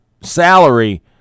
salary